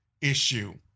issue